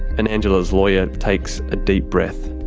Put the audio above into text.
and angela's lawyer takes a deep breath.